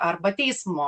arba teismo